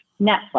Netflix